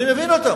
אני מבין אותם.